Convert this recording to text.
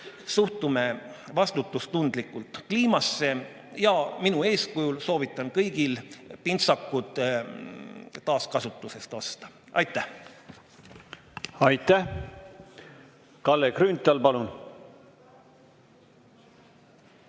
suhtume vastutustundlikult kliimasse. Ja minu eeskujul soovitan kõigil pintsakud taaskasutusest osta. Aitäh! Aitäh! Kalle Grünthal, palun!